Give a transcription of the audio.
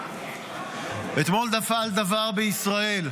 אתמול נפל דבר בישראל,